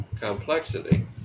complexity